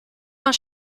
uns